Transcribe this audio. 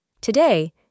Today